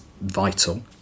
vital